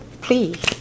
Please